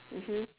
mmhmm